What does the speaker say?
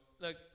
look